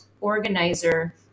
Organizer